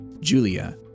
Julia